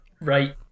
right